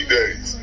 days